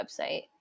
website